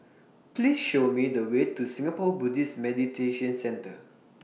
Please Show Me The Way to Singapore Buddhist Meditation Centre